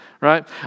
right